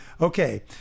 Okay